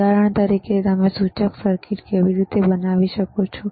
ઉદાહરણ તરીકે તમે સૂચક સર્કિટ કેવી રીતે બનાવી શકો છો